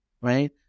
Right